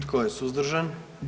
Tko je suzdržan?